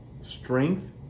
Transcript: strength